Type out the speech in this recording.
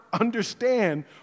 understand